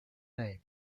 name